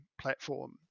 platform